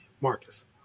Marcus